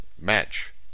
match